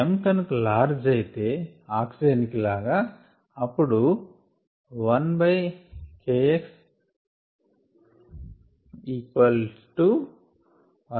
m కనుక large అయితే O2 కి లాగ అప్పుడు If m is large then 1Kx1kx